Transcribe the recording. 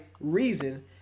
reason